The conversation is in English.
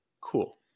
cool